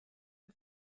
the